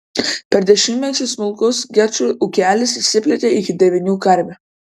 per dešimtmetį smulkus gečų ūkelis išsiplėtė iki devynių karvių